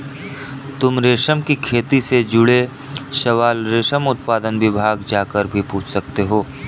तुम रेशम की खेती से जुड़े सवाल रेशम उत्पादन विभाग जाकर भी पूछ सकते हो